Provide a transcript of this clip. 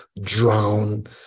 drown